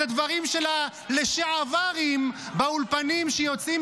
את הדברים של הלשעברים באולפנים שיוצאים